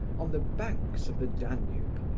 on the banks of the danube,